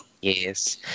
Yes